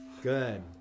Good